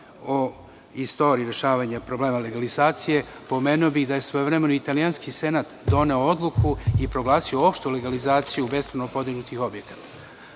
o istoriji rešavanja problema legalizacije, pomenuo bih da je svojevremeno italijanski Senat doneo odluku u proglasio opštu legalizaciju bespravno podignutih objekata. Prema